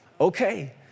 okay